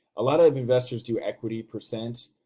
a lot of investors do equity percent,